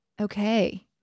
Okay